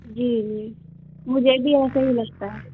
جی جی مجھے بھی ایسا ہی لگتا ہے